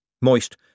Moist